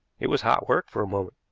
it was hot work for a moment.